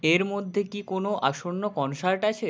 এর মধ্যে কি কোনও আসন্ন কনসার্ট আছে